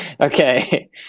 Okay